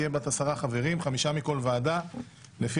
אני